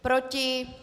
Proti?